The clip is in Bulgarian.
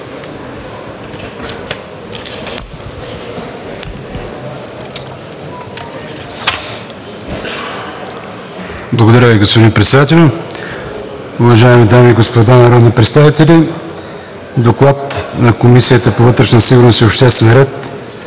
Благодаря Ви, господин Председател. Уважаеми дами и господа народни представители! „ДОКЛАД на Комисията по вътрешна сигурност и обществен ред